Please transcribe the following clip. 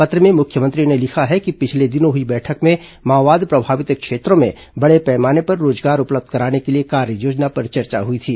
पत्र में मुख्यमंत्री ने लिखा है कि पिछले दिनों हुई बैठक में माओवाद प्रभावित क्षेत्रों में बड़े पैमाने पर रोजगार उपलब्ध कराने के लिए कार्ययोजना पर चर्चा हुई थी